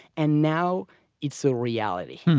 and now it's a reality.